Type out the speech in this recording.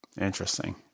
Interesting